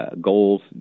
goals